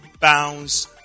bounce